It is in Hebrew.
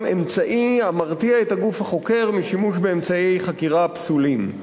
גם אמצעי המרתיע את הגוף החוקר משימוש באמצעי חקירה פסולים.